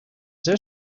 there